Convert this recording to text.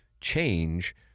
Change